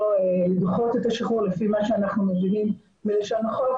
לדחות את השחרור לפי מה שאנחנו מבינים מלשון החוק,